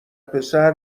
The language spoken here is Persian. پسر